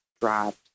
dropped